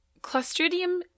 Clostridium